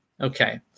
Okay